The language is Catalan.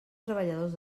treballadors